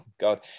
God